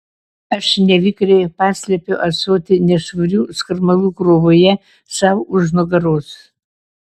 aš nevikriai paslepiu ąsotį nešvarių skarmalų krūvoje sau už nugaros